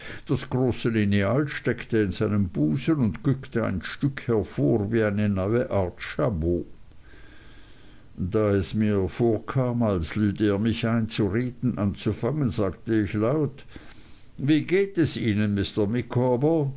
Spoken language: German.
das große lineal steckte in seinem busen und guckte ein stück hervor wie eine neue art jabot da es mir vorkam als lüde er mich ein zu reden anzufangen sagte ich laut wie geht es ihnen